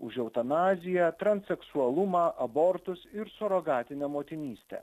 už eutanaziją transseksualumą abortus ir surogatinę motinystę